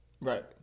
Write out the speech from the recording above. Right